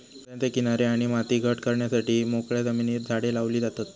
नद्यांचे किनारे आणि माती घट करण्यासाठी मोकळ्या जमिनीर झाडे लावली जातत